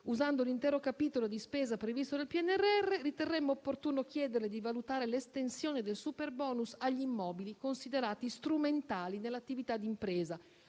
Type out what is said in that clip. usando un intero capitolo di spesa previsto nel PNRR, riterremmo opportuno chiederle di valutare l'estensione del superbonus agli immobili considerati strumentali all'attività di impresa,